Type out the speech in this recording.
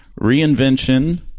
reinvention